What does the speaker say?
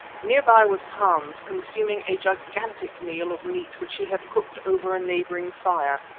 near by was hans consuming a gigantic meal of meat which he had cooked over a neighbouring fire.